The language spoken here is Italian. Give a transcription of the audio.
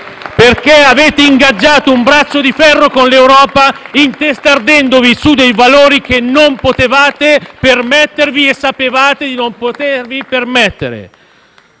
Perché avete ingaggiato un braccio di ferro con l'Europa intestardendovi su dei valori che non potevate permettervi e sapevate di non potervi permettere?